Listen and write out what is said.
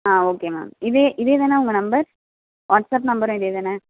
ஆ okay ma'am இதே இதே தான உங்கள் நம்பர் வாட்ஸ்அப் நம்பரும் இதே தான